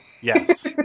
Yes